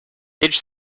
each